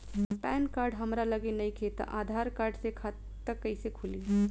Pan card हमरा लगे नईखे त आधार कार्ड से खाता कैसे खुली?